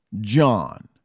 John